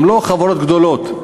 הם לא חברות גדולות.